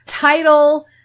title